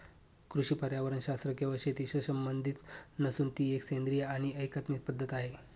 कृषी पर्यावरणशास्त्र केवळ शेतीशी संबंधित नसून ती एक सेंद्रिय आणि एकात्मिक पद्धत आहे